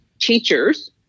teachers